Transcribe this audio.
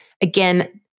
Again